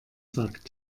sagt